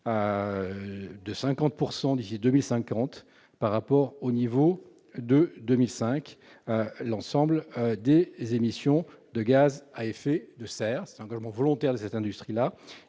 de 50 % d'ici à 2050 par rapport au niveau de 2005 l'ensemble de ses émissions de gaz à effet de serre. Il s'agit d'un engagement volontaire de cette industrie ;